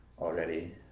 already